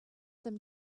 them